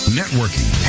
networking